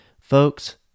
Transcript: Folks